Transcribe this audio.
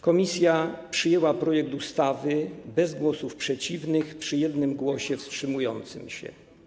Komisja przyjęła projekt ustawy bez głosów przeciwnych przy jednym głosie wstrzymującym się.